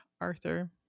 Arthur